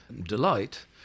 delight